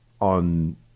on